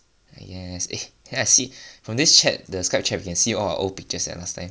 yes eh then I see from this chat the Skype chat we can see all our old pictures eh last time